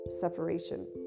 separation